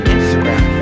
Instagram